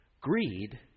greed